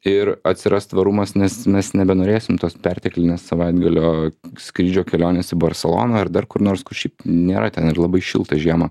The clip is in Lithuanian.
ir atsiras tvarumas nes mes nebenorėsim tos perteklinės savaitgalio skrydžio kelionės į barseloną ar dar kur nors kur šiaip nėra ten ir labai šilta žiemą